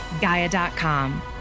Gaia.com